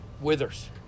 withers